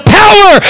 power